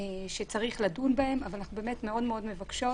שצריך לדון בהם, אבל אנחנו מאוד מאוד מבקשות